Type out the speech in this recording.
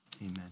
Amen